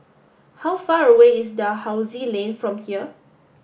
how far away is Dalhousie Lane from here